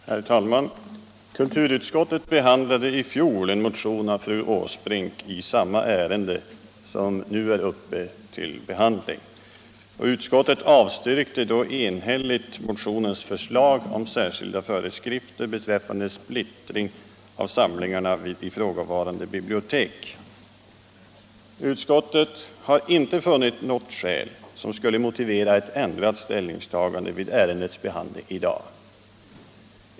Herr talman! Kulturutskottet behandlade i fjol en motion av fru Åsbrink i samma ärende, och utskottet avstyrkte då enhälligt motionens förslag om särskilda föreskrifter beträffande splittring av samlingarna vid ifrågavarande bibliotek. Utskottet har inte funnit något skäl som skulle motivera ett ändrat ställningstagande vid ärendets behandling i dag.